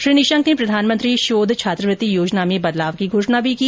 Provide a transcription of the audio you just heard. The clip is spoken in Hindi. श्री निशंक ने प्रधानमंत्री शोध छात्रवृत्ति योजना में बदलाव की घोषणा भी की